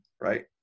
right